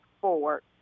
forward